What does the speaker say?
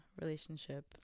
relationship